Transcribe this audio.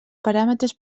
paràmetres